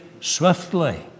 swiftly